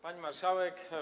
Pani Marszałek!